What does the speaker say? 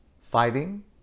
fighting